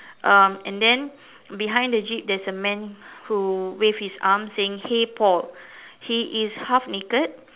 um and then behind the jeep there is a man who wave his arm saying hey Paul he is half naked